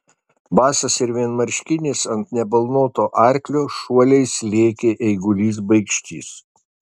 basas ir vienmarškinis ant nebalnoto arklio šuoliais lėkė eigulys baikštys